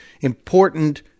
important